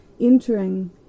entering